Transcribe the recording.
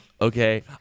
Okay